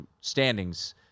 standings